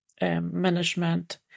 management